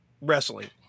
wrestling